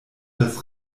das